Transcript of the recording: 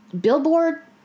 Billboard